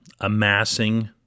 amassing